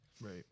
right